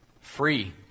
Free